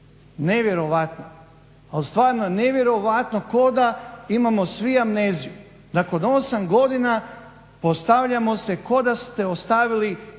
Nevjerojatno, ali stvarno nevjerojatno ko da imamo vi amneziju. Nakon 8 godina postavljamo se ko da ste ostavili